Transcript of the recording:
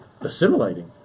assimilating